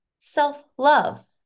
Self-love